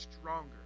stronger